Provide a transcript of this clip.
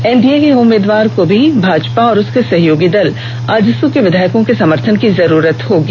NDA के उम्मीदवार को भी भाजपा और उसके सहयोगी दल आजसू के विधायकों के समर्थन की जरूरत होगी